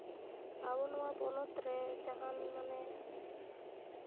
ᱟᱵᱚ ᱱᱚᱣᱟ ᱯᱚᱱᱚᱛ ᱨᱮ ᱡᱟᱦᱟᱱ ᱢᱟᱱᱮ